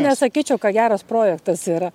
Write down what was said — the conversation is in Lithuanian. nesakyčiau kad geras projektas yra